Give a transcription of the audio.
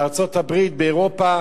בארצות-הברית, באירופה,